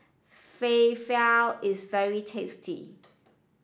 Falafel is very tasty